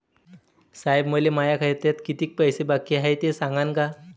साहेब, मले माया खात्यात कितीक पैसे बाकी हाय, ते सांगान का?